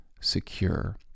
secure